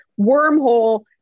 wormhole